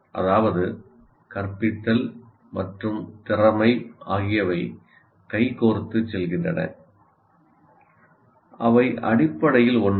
அதாவது கற்பித்தல் மற்றும் திறமை ஆகியவை கைகோர்த்துச் செல்கின்றன அவை அடிப்படையில் ஒன்றே